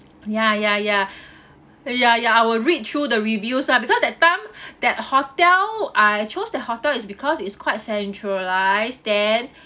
ya ya ya ya ya I will read through the reviews ah because that time that hotel I chose that hotel is because it's quite centralized then